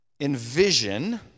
envision